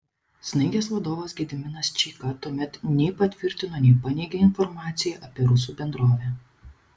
snaigės vadovas gediminas čeika tuomet nei patvirtino nei paneigė informaciją apie rusų bendrovę